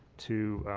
to